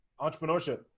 Entrepreneurship